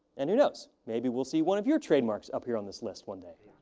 and who knows? maybe we'll see one of your trademarks up here on this list one day.